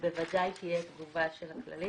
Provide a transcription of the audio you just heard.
ובוודאי תהיה תגובה של הכללית.